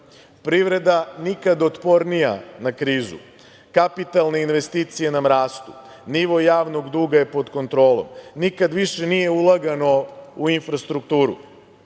Privreda nikad otpornija na krizu. Kapitalne investicije nam rastu. Nivo javnog duga je pod kontrolom. Nikad više nije ulagano u infrastrukturu.